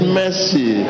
mercy